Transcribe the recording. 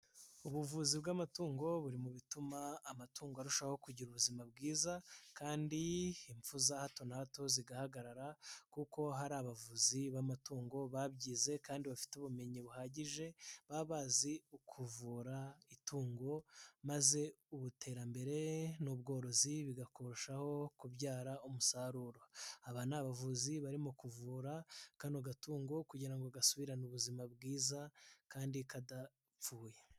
Ubuvuzi bw'amatungo buri mu bituma amatungo arushaho kugira ubuzima bwiza kandi impfu za hato na hato zigahagarara kuko hari abavuzi b'amatungo babyize kandi bafite ubumenyi buhagije, baba bazi kuvura itungo maze iterambere n'ubworozi bikarushaho kubyara umusaruro; aba ni abavuzi barimo kuvura kano gatungo kugira ngo gasubirane ubuzima bwiza kandi kadapfuye.